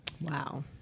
Wow